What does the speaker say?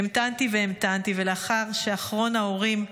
המתנתי והמתנתי, ולאחר שאחרון ההורים הלך,